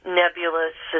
nebulous